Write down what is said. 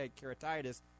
keratitis